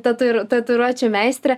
tatui tatuiruočių meistrė